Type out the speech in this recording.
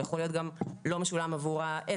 הוא יכול להיות משולם גם לא עבור העסק,